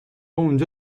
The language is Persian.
اونجا